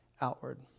outward